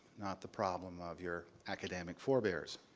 not the problem of your academic forebears.